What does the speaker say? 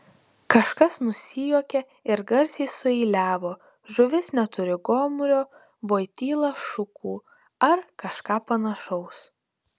kažkas nusijuokė ir garsiai sueiliavo žuvis neturi gomurio voityla šukų ar kažką panašaus